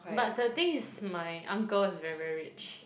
but the thing is my uncle is very very rich